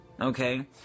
okay